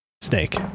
snake